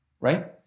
right